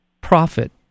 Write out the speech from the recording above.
profit